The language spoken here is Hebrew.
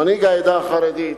מנהיג העדה החרדית,